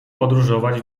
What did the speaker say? podróżować